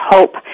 Hope